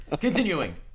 Continuing